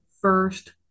first